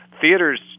theaters